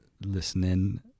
listening